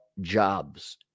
jobs